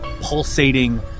pulsating